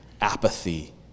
apathy